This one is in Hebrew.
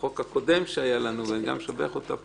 בחוק הקודם שהיה לנו וגם משבח אותה פה,